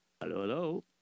Hello